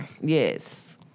yes